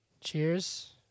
Cheers